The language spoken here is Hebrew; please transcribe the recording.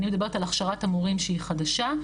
אני מדברת על הכשרת המורים שהיא חדשה,